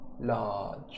large